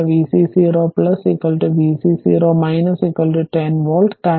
ഇവിടെ vc 0 vc 0 10 volt